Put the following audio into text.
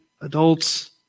adults